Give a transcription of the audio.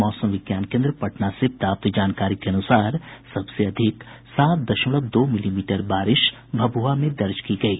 मौसम विज्ञान केन्द्र पटना से प्राप्त जानकारी के अनुसार सबसे अधिक सात दशमलव दो मिलीमीटर बारिश भभुआ में दर्ज की गयी